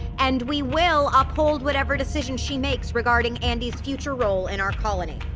and we will uphold whatever decision she makes regarding andi's future role in our colony